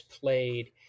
played